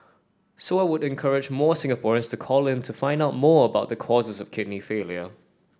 so I would encourage more Singaporeans to call in to find out more about the causes of kidney failure